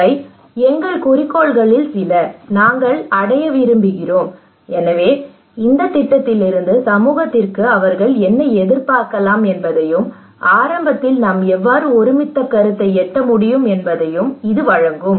இவை எங்கள் குறிக்கோள்களில் சில நாங்கள் அடைய விரும்புகிறோம் எனவே இந்த திட்டத்திலிருந்து சமூகத்திற்கு அவர்கள் என்ன எதிர்பார்க்கலாம் என்பதையும் ஆரம்பத்தில் நாம் எவ்வாறு ஒருமித்த கருத்தை எட்ட முடியும் என்பதையும் இது வழங்கும்